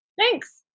Thanks